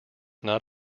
not